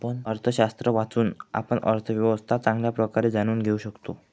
अर्थशास्त्र वाचून, आपण अर्थव्यवस्था चांगल्या प्रकारे जाणून घेऊ शकता